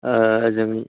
जोंनि